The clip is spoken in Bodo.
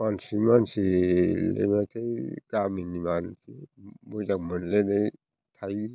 मानसिजों मानसिलाय माथो गामिनि मानसि मोजां मोनलायनाय थायो